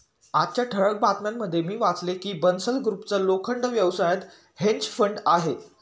आजच्या ठळक बातम्यांमध्ये मी वाचले की बन्सल ग्रुपचा लोखंड व्यवसायात हेज फंड आहे